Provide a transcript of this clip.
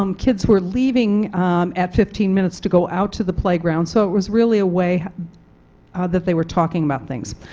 um kids were leaving at fifteen minutes to go out to the playground, so was really a way ah that they were talking about things.